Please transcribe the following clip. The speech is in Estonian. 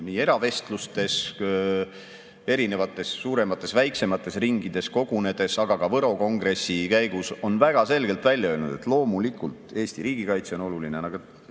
nii eravestlustes, erinevates suuremates-väiksemates ringides kogunedes, aga ka võrokeste kongressi käigus on väga selgelt välja öelnud, et loomulikult Eesti riigikaitse ja